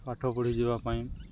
ପାଠ ପଢ଼ି ଯିବା ପାଇଁ